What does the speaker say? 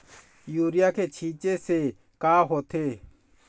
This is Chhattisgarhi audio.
यूरिया के छींचे से का होथे?